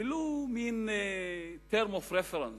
ולו מין terms of reference ,